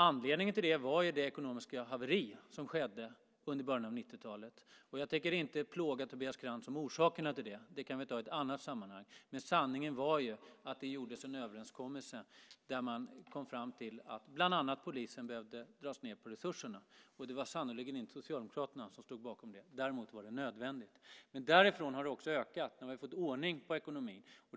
Anledningen till det var ju det ekonomiska haveri som skedde under början av 90-talet. Jag tänker inte plåga Tobias Krantz med orsakerna till det. Det kan vi ta i ett annat sammanhang. Sanningen var dock att det gjordes en överenskommelse där man kom fram till att bland annat polisens resurser behövde dras ned. Det var sannerligen ingenting som Socialdemokraterna stod bakom; däremot var det nödvändigt. Men därifrån har det också ökat. Nu har vi fått ordning på ekonomin.